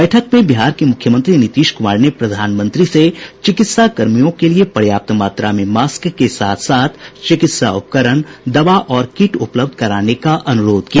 बैठक में बिहार के मुख्यमंत्री नीतीश कुमार ने प्रधानमंत्री से चिकित्सा कर्मियों के लिये पर्याप्त मात्रा में मास्क के साथ साथ चिकित्सा उपकरण दवा और किट उपलब्ध कराने का अनुरोध किया